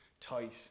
tight